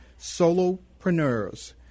solopreneurs